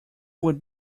would